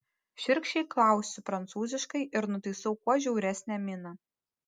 šiurkščiai klausiu prancūziškai ir nutaisau kuo žiauresnę miną